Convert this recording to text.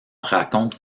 raconte